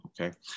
okay